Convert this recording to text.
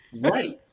Right